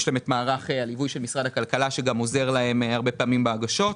יש גם את מערך הליווי של משרד הכלכלה שעוזר להם הרבה פעמים בהגשות.